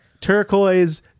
turquoise